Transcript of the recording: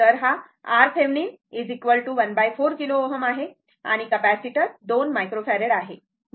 तर हा RThevenin 1 4 kilo Ω आहे आणि कॅपेसिटर 2 मायक्रोफॅराड आहे